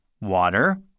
water